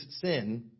sin